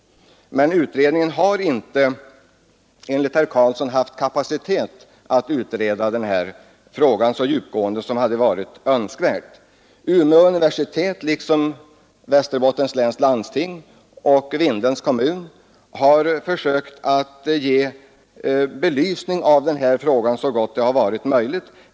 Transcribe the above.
Men utredningen har inte, enligt herr Karlsson, haft kapacitet att utreda denna fråga så djupgående som hade varit önskvärt. Umeå universitet liksom Västerbottens läns landsting och Vindelns kommun har försökt ge belysning av den här frågan så gott det varit möjligt.